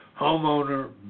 homeowner